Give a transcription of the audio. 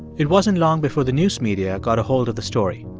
it wasn't long before the news media got ahold of the story.